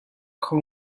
kho